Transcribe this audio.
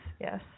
yes